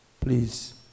Please